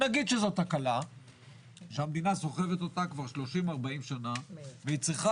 נגיד שזאת תקלה שהמדינה סוחבת אותה כבר 40-30 שנה והיא צריכה